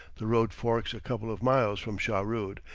the road forks a couple of miles from shahrood,